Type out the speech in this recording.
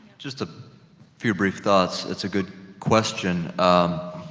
just a few brief thoughts. it's a good question. um,